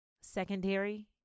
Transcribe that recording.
secondary